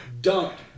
dumped